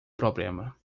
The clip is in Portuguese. problema